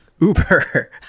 Uber